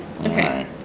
Okay